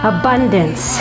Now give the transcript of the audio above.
abundance